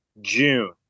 June